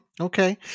okay